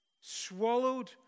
Swallowed